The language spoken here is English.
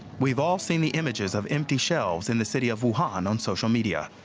we've all seen the images of empty shelves in the city of wuhan on social media.